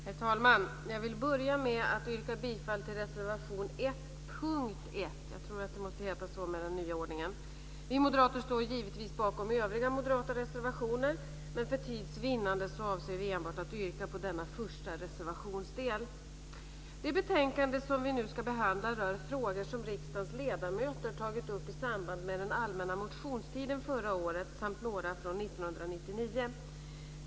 Herr talman! Jag ska börja med att yrka bifall till reservation 1 under punkt 1. Vi moderater står givetvis bakom övriga moderata reservationer. Men för tids vinnande avser vi att yrka bifall enbart till denna första del av reservationen. Det betänkande som vi nu ska behandla rör frågor som riksdagens ledamöter har tagit upp i samband med den allmänna motionstiden förra året samt några från 1999.